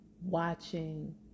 watching